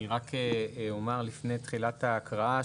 אני רק אומר לפני תחילת ההקראה,